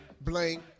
blank